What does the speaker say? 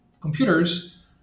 computers